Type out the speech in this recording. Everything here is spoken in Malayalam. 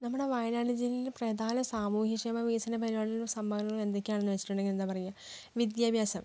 നമ്മുടെ വയനാട് ജില്ലയിൽ പ്രധാന സാമൂഹികക്ഷേമ വികസന പരിപാടികള് സമ്മാനങ്ങൾ എന്തൊക്കെയാണെന്ന് വെച്ചിട്ടുണ്ടെങ്കില് എന്താണ് പറയുക വിദ്യാഭ്യാസം